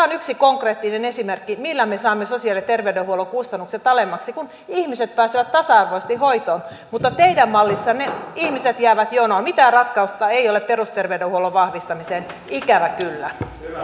on yksi konkreettinen esimerkki millä me saamme sosiaali ja terveydenhuollon kustannukset alemmaksi kun ihmiset pääsevät tasa arvoisesti hoitoon mutta teidän mallissanne ihmiset jäävät jonoon mitään ratkaisua ei ole perusterveydenhuollon vahvistamiseen ikävä kyllä